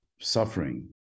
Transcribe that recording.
suffering